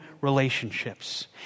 relationships